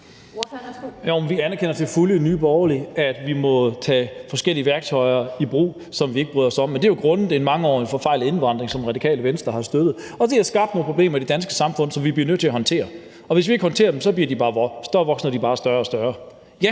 Vi anerkender til fulde i Nye Borgerlige, at vi må tage forskellige værktøjer i brug, som vi ikke bryder os om. Men det er jo grundet en mangeårig forfejlet indvandringspolitik, som Radikale Venstre har støttet. Det har skabt nogle problemer i det danske samfund, som vi bliver nødt til at håndtere, og hvis vi ikke håndterer dem, vokser de sig bare større og større. Så